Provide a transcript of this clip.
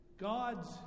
God's